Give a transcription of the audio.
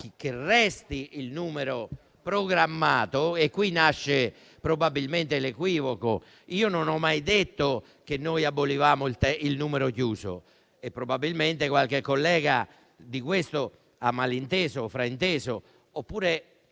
che resti il numero programmato e qui nasce probabilmente l'equivoco: io non ho mai detto che avremmo abolito il numero chiuso; probabilmente qualche collega su questo ha malinteso o frainteso, oppure